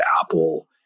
Apple